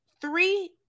three